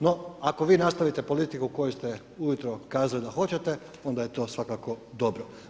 No, ako vi nastavite politiku koju ste ujutro kazali da hoćete, onda je to svakako dobro.